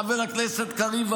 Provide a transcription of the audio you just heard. חבר הכנסת קריב,